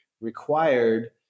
required